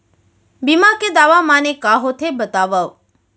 बीमा के दावा माने का होथे बतावव?